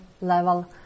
level